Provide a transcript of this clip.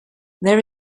there